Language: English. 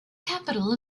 capital